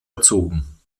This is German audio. erzogen